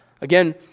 again